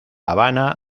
habana